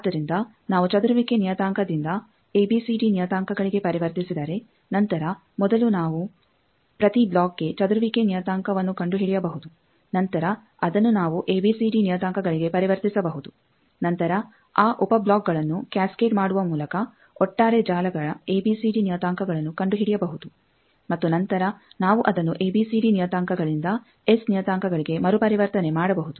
ಆದ್ದರಿಂದ ನಾವು ಚದುರುವಿಕೆ ನಿಯತಾಂಕದಿಂದ ಎಬಿಸಿಡಿ ನಿಯತಾಂಕಗಳಿಗೆ ಪರಿವರ್ತಿಸಿದರೆ ನಂತರ ಮೊದಲು ನಾವು ಪ್ರತಿ ಬ್ಲಾಕ್ಗೆ ಚದುರುವಿಕೆ ನಿಯತಾಂಕವನ್ನು ಕಂಡುಹಿಡಿಯಬಹುದು ನಂತರ ಅದನ್ನು ನಾವು ಎಬಿಸಿಡಿ ನಿಯತಾಂಕಗಳಿಗೆ ಪರಿವರ್ತಿಸಬಹುದು ನಂತರ ಆ ಉಪ ಬ್ಲಾಕ್ಗಳನ್ನು ಕ್ಯಾಸ್ಕೆಡ್ ಮಾಡುವ ಮೂಲಕ ಒಟ್ಟಾರೆ ಜಾಲಗಳ ಎಬಿಸಿಡಿ ನಿಯತಾಂಕಗಳನ್ನು ಕಂಡುಹಿಡಿಯಬಹುದು ಮತ್ತು ನಂತರ ನಾವು ಅದನ್ನು ಎಬಿಸಿಡಿ ನಿಯತಾಂಕಗಳಿಂದ ಎಸ್ ನಿಯತಾಂಕಗಳಿಗೆ ಮರುಪರಿವರ್ತನೆ ಮಾಡಬಹುದು